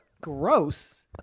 Gross